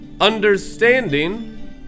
understanding